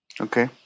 Okay